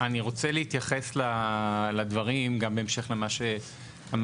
אני רוצה להתייחס לדברים גם בהמשך למה שאמר